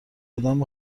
آدم